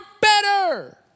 better